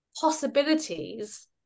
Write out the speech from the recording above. possibilities